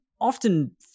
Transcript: often